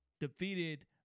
defeated